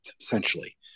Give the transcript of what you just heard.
essentially